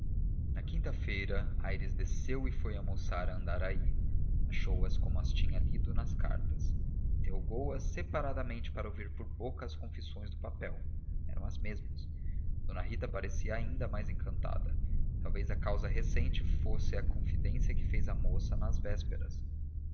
na quinta-feira aires desceu e foi almoçar a andaraí achou as como as tinha lido nas cartas interrogou as separadamente para ouvir por boca as confissões do papel eram as mesmas d rita parecia ainda mais encantada talvez a causa recente fosse a confidência que fez a moça na véspera